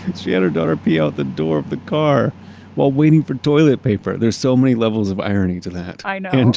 and she had her daughter pee out the door of the car while waiting for toilet paper? there are so many levels of irony to that yeah, i know. and